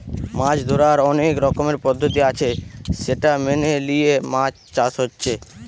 মাছ ধোরার অনেক রকমের পদ্ধতি আছে সেটা মেনে লিয়ে মাছ চাষ হচ্ছে